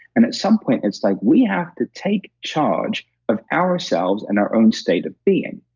and at some point, it's like, we have to take charge of ourselves and our own state of being.